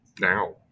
now